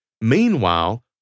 Meanwhile